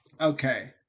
okay